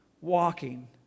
walking